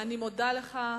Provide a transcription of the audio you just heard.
אני מודה לך.